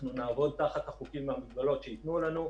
אנחנו נעבוד תחת החוקים והמגבלות שיוטלו עלינו.